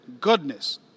goodness